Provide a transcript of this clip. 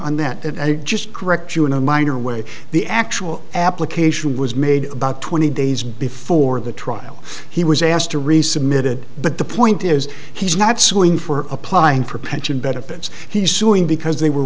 on that it just correct you in a minor way the actual application was made about twenty days before the trial he was asked to resubmitted but the point is he's not suing for applying for pension benefits he's suing because they were